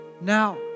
now